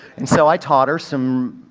and so i taught her some